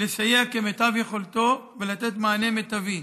לסייע כמיטב יכולתו ולתת מענה מיטבי.